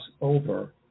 over